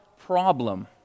problem